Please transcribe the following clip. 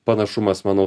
panašumas manau